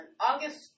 August